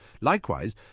likewise